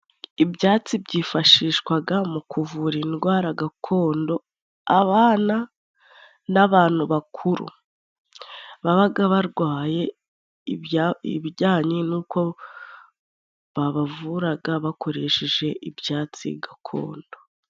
Ibyatsi by'ifashishwaga mu kuvura indwara, gakondo abana n'abantu bakuru babaga barwaye ibijyanye n'uko babavuraga bakoresheje ibyatsi gakondo.